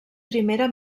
primera